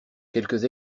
quelques